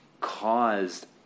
caused